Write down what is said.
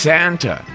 Santa